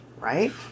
Right